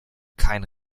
keinen